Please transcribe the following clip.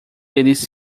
eles